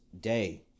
Day